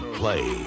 play